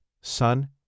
Son